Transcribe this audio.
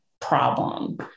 problem